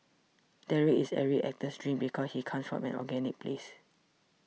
Derek is every actor's dream because he comes from such an organic place